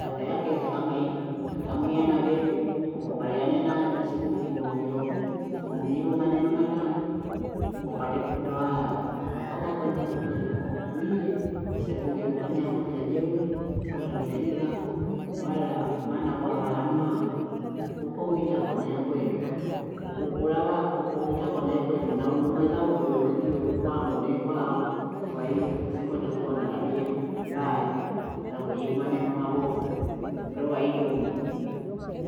Kapea keza kama hivyo kata muona wewe, ukubakiane naye si kumjibu hovyohovyo umjibu maneno matana, upate ku- ndoa yako kabwa huku ndoa pia nako huku yeye usipojibu ng'amia tu vya jeuri wale wa wifi zako, wala maana kwa wa hanu wangu huko uitako nie kwenda huko kula huko uitako nie kwenu na huyu mweza huko mwezi wetu pango ne kwao, kwa hiyo kusekwenda kuwa na tabia mbaya ya kujibu maneno mabovu, ndoa idumu